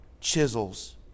chisels